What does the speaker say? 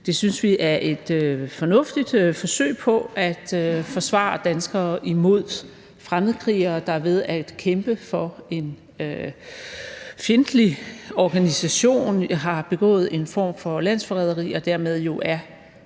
Det synes vi er et fornuftigt forsøg på at forsvare danskere mod fremmedkrigere, der ved at kæmpe for en fjendtlig organisation har begået en form for landsforræderi og dermed jo